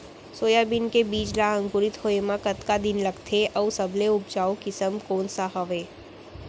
Soybean के बीज ला अंकुरित होय म कतका दिन लगथे, अऊ सबले उपजाऊ किसम कोन सा हवये?